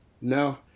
No